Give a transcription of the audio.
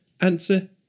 Answer